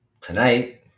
tonight